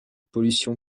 pollution